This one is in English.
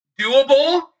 doable